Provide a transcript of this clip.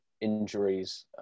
injuries